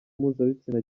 mpuzabitsina